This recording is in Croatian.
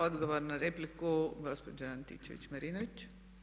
Odgovor na repliku gospođa Antičević Marinović.